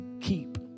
Keep